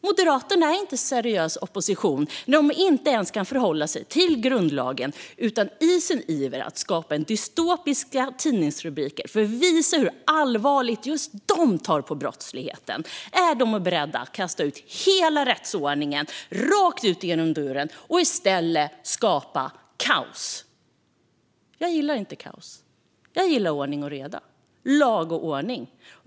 Moderaterna är inte en seriös opposition när de inte ens kan förhålla sig till grundlagen utan i sin iver i att skapa dystopiska tidningsrubriker för att visa hur allvarligt just de tar på brottsligheten är beredda att kasta ut hela rättsordningen rakt ut genom dörren och i stället skapa kaos. Jag gillar inte kaos. Jag gillar ordning och reda, lag och ordning.